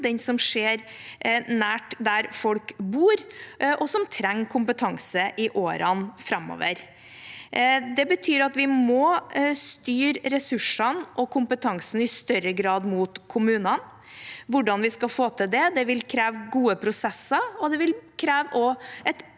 den som skjer nær der folk bor, og den trenger kompetanse i årene framover. Det betyr at vi må styre ressursene og kompetansen i større grad mot kommunene. Å få til det vil kreve gode prosesser, og det vil også kreve et